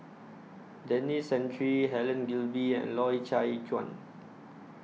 Denis Santry Helen Gilbey and Loy Chye Chuan